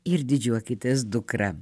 ir didžiuokitės dukra